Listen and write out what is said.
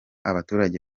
abaturage